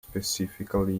specifically